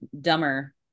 Dumber